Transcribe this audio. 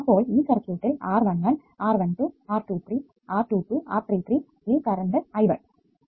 അപ്പോൾ ഈ സർക്യൂട്ടിൽ R11 R12 R22 R23 R33 യിൽ കറണ്ട് I1